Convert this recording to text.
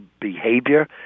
behavior